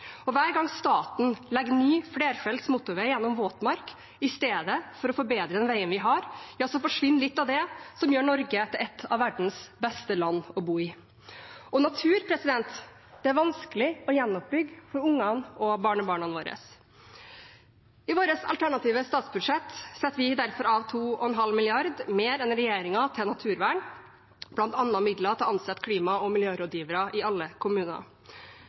Hver gang staten legger en ny flerfelts motorvei gjennom våtmark i stedet for å forbedre den veien vi har, forsvinner litt av det som gjør Norge til et av verdens beste land å bo i. Natur er vanskelig å gjenoppbygge for ungene våre og barnebarna våre. I vårt alternative statsbudsjett setter vi derfor av 2,5 mrd. kr mer enn regjeringen til naturvern, bl.a. midler til å ansette klima- og miljørådgivere i alle kommuner.